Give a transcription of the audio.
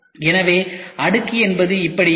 எனவே அடுக்கு என்பது இப்படி இருக்கும்